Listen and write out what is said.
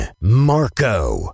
Marco